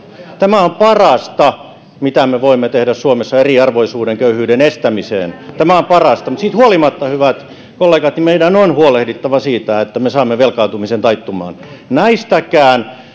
tämä on parasta mitä me voimme tehdä suomessa eriarvoisuuden köyhyyden estämiseksi tämä on parasta mutta siitä huolimatta hyvät kollegat meidän on huolehdittava siitä että me saamme velkaantumisen taittumaan näistäkään